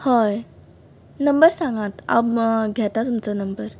हय नंबर सांगात हांव घेता तुमचो नंबर